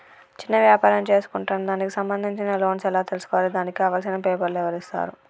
చిన్న వ్యాపారం చేసుకుంటాను దానికి సంబంధించిన లోన్స్ ఎలా తెలుసుకోవాలి దానికి కావాల్సిన పేపర్లు ఎవరిస్తారు?